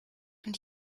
und